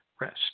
rest